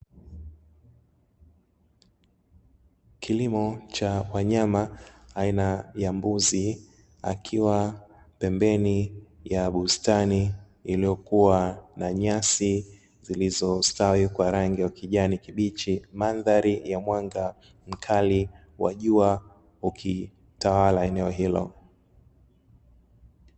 Kilimo cha wanyama aina ya mbuzi akiwa pembeni ya bustani iliyokuwa na nyasi zilizostawi kwa rangi ya kijani kibichi mandhari ya mwanga mkali wa jua ukitawala eneo hilo.